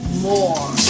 More